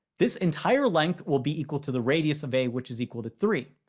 this entire length will be equal to the radius of a which is equal to three.